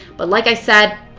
but like i said,